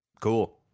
cool